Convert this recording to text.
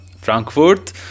Frankfurt